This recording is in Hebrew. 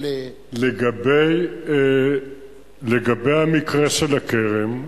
לגבי המקרה של הכרם,